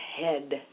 head